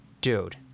Dude